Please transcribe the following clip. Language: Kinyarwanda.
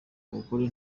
abagore